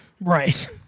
Right